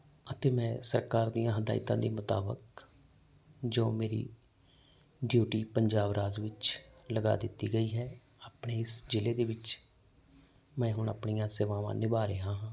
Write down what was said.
ਅਤੇ ਮੈਂ ਸਰਕਾਰ ਦੀਆਂ ਹਦਾਇਤਾਂ ਦੇ ਮੁਤਾਬਕ ਜੋ ਮੇਰੀ ਡਿਊਟੀ ਪੰਜਾਬ ਰਾਜ ਵਿੱਚ ਲਗਾ ਦਿੱਤੀ ਗਈ ਹੈ ਆਪਣੇ ਇਸ ਜ਼ਿਲ੍ਹੇ ਦੇ ਵਿੱਚ ਮੈਂ ਹੁਣ ਆਪਣੀਆਂ ਸੇਵਾਵਾਂ ਨਿਭਾ ਰਿਹਾ ਹਾਂ